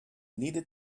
needed